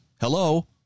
hello